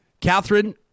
Catherine